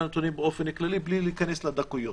הנתונים באופן כללי בלי להיכנס לדקויות.